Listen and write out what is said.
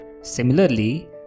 Similarly